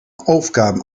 aufgaben